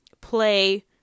play